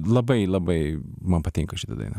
labai labai man patinka šita daina